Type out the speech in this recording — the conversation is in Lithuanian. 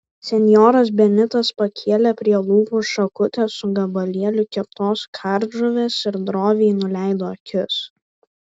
senjoras benitas pakėlė prie lūpų šakutę su gabalėliu keptos kardžuvės ir droviai nuleido akis